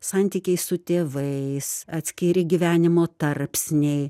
santykiai su tėvais atskiri gyvenimo tarpsniai